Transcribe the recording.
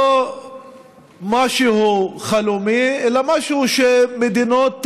לא משהו חלומי אלא משהו שמדינות העולם,